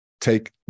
take